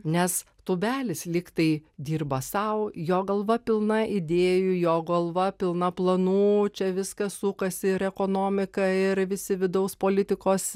nes tūbelis lyg tai dirba sau jo galva pilna idėjų jo galva pilna planų čia viskas sukasi ir ekonomika ir visi vidaus politikos